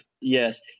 yes